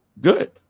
good